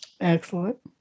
Excellent